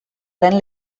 den